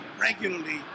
regularly